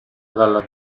dalla